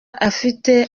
afite